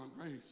grace